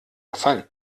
gefallen